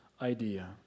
idea